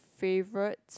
favorite